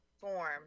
form